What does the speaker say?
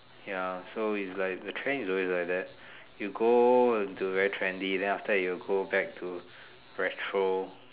ya so its like the trend is always like that you go to very trendy and then after you go back to retro